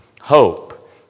hope